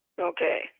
Okay